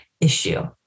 issue